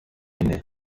inne